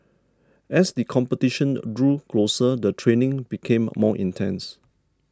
as the competition drew closer the training became more intense